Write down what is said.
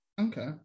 okay